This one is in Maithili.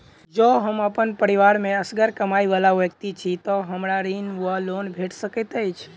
जँ हम अप्पन परिवार मे असगर कमाई वला व्यक्ति छी तऽ हमरा ऋण वा लोन भेट सकैत अछि?